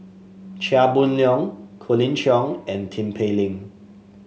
Chia Boon Leong Colin Cheong and Tin Pei Ling